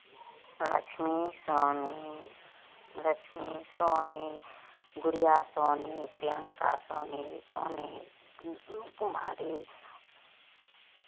Lakshmi Soni Lakshmi Soni Gudiya Soni Priyanka Soni Soni Rinku Kumari